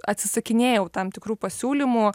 atsisakinėjau tam tikrų pasiūlymų